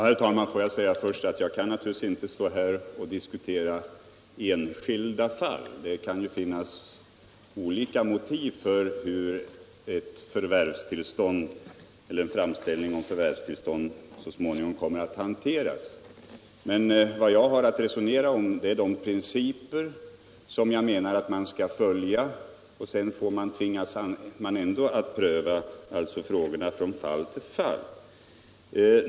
Herr talman! Jag vill först säga att jag naturligtvis inte kan diskutera enskilda fall. Det kan finnas olika motiv för hur en framställning om förvärvstillstånd hanteras. Man har att resonera om de principer som skall följas, och sedan blir det ändå en prövning av frågorna från fall till fall.